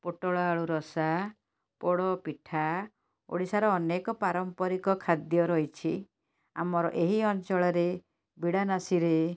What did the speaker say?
ପୋଟଳ ଆଳୁ ରସା ପୋଡ଼ ପିଠା ଓଡ଼ିଶାର ଅନେକ ପାରମ୍ପରିକ ଖାଦ୍ୟ ରହିଛି ଆମର ଏହି ଅଞ୍ଚଳରେ ବିଡ଼ାନାସୀରେ